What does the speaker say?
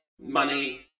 money